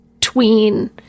tween